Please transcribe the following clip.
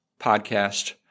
podcast